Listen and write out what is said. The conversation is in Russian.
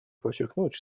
подчеркнуть